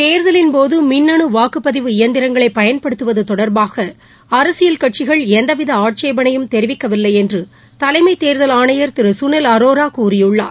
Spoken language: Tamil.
தேர்தலின்போது மின்னனு வாக்குப்பதிவு இயந்திரங்களை பயன்படுத்துவது தொடர்பாக அரசியல் கட்சிகள் எந்தவித ஆட்சேபனையும் தெரிவிக்கவில்லை என்று தலைமைத் தேர்தல் ஆணையர் திரு கனில் அரோரா கூறியுள்ளார்